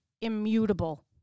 immutable